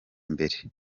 mbere